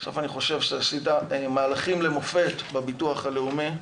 בסוף אני חושב שעשית מהלכים למופת בביטוח הלאומי.